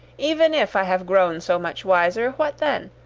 even if i have grown so much wiser, what then?